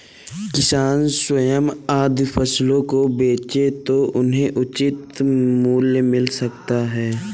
किसान स्वयं यदि फसलों को बेचे तो उन्हें उचित मूल्य मिल सकता है